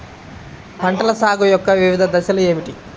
పంటల సాగు యొక్క వివిధ దశలు ఏమిటి?